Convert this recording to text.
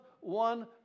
one